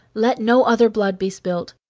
let no other blood be spilt.